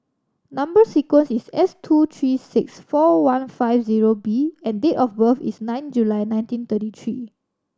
number sequence is S two three six four one five zero B and date of birth is nine July nineteen thirty three